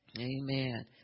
Amen